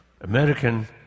American